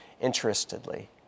interestedly